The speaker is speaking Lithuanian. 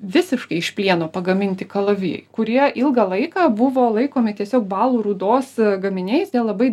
visiškai iš plieno pagaminti kalavijai kurie ilgą laiką buvo laikomi tiesiog balų rūdos gaminiais dėl labai